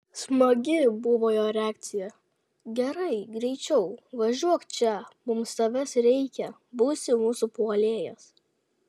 smagi buvo jo reakcija gerai greičiau važiuok čia mums tavęs reikia būsi mūsų puolėjas